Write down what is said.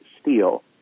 steel